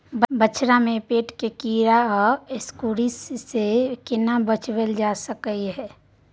बछरा में पेट के कीरा आ एस्केरियासिस से केना बच ल जा सकलय है?